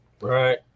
right